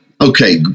Okay